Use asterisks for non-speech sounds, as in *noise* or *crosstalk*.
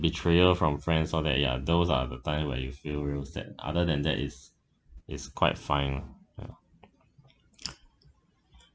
betrayal from friends so that ya those are the times when I'll feel real sad other than that it's it's quite fine mm *noise*